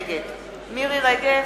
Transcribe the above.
נגד מירי רגב,